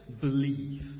believe